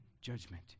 judgment